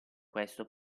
questo